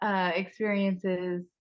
experiences